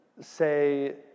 say